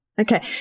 Okay